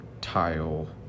tile